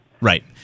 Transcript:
Right